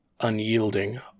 unyielding